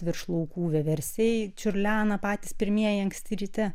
virš laukų vieversiai čiurlena patys pirmieji anksti ryte